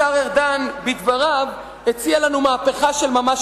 השר ארדן בדבריו הציע לנו מהפכה של ממש,